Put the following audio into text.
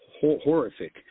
horrific